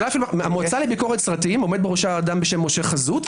המועצה לביקורת סרטים עומד בראשה אדם בשם משה חזות.